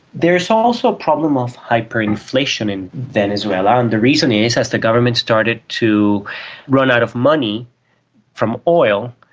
there is also a problem of hyperinflation in venezuela, and the reason is as the government started to run out of money from oil,